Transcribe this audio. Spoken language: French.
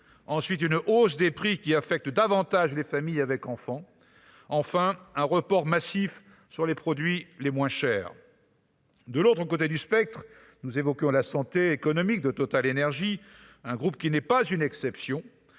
ensuite une hausse des prix qui affecte davantage les familles avec enfants, enfin un report massif sur les produits les moins chers. De l'autre côté du spectre, nous évoquions la santé économique de Total énergies un groupe qui n'est pas une exception,